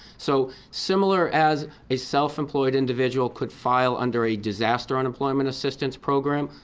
so similar as a self-employed individual could file under a disaster unemployment assistance program,